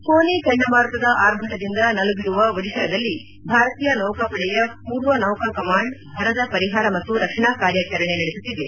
ಫೋನಿ ಚಂಡಮಾರುತದ ಆರ್ಭಟದಿಂದ ನಲುಗಿರುವ ಒಡಿಶಾದಲ್ಲಿ ಭಾರತೀಯ ನೌಕಾಪಡೆಯ ಪೂರ್ವ ನೌಕಾ ಕಮಾಂಡ್ ಭರದ ಪರಿಹಾರ ಮತ್ತು ರಕ್ಷಣಾ ಕಾರ್ಯಚರಣೆ ನಡೆಸುತ್ತಿದೆ